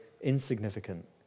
insignificant